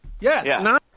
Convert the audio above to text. Yes